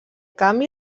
canvi